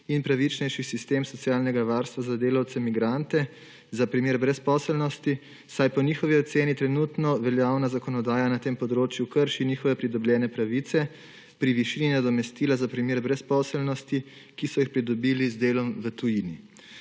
in pravičnejši sistem socialnega varstva za delavce migrante za primer brezposelnosti, saj po njihovi oceni trenutno veljavna zakonodaja na tem področju krši njihove pravice pri višini nadomestila za primer brezposelnosti, ki so jih pridobili z delom v tujini.